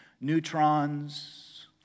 neutrons